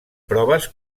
proves